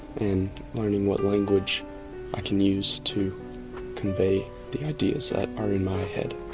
and learning what language i can use to convey the ideas that are in my head.